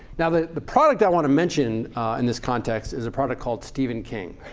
now the the product i want to mention in this context is a product called stephen king.